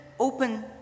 open